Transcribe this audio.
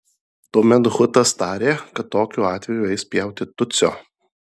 tuomet hutas tarė kad tokiu atveju eis pjauti tutsio